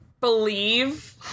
believe